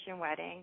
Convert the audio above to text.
wedding